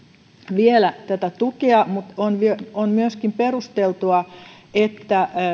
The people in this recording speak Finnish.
vielä tätä tukea mutta on myöskin perusteltua että